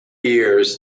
years